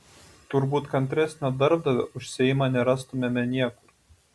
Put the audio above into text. turbūt kantresnio darbdavio už seimą nerastumėme niekur